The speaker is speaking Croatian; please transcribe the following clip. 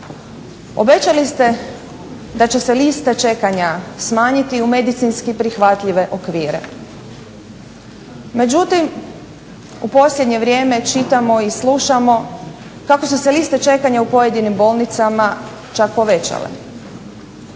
Obećali ste da će se liste čekanja smanjiti u medicinski prihvatljive okvire. Međutim, u posljednje vrijeme čitamo i slušamo kako su se liste čekanja u pojedinim bolnicama čak povećale.